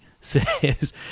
says